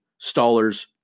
Stallers